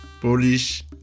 Polish